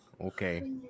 Okay